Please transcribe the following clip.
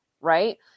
Right